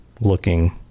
looking